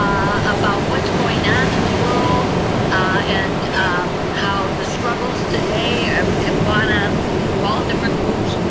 um about what's going on in the world and how the struggles today have gone on through all different groups,